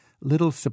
little